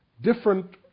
different